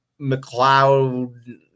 McLeod